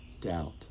doubt